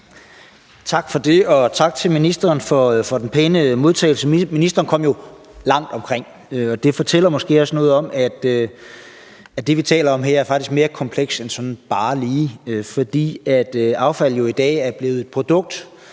Tak for det, og tak til ministeren for den pæne modtagelse. Ministeren kom jo langt omkring, og det fortæller måske også noget om, at det, vi taler om her, faktisk er mere komplekst end som så, fordi affald jo i dag er blevet et produkt,